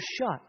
shut